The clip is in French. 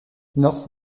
north